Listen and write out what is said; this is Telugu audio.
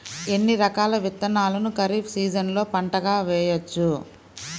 ఎన్ని రకాల విత్తనాలను ఖరీఫ్ సీజన్లో పంటగా వేయచ్చు?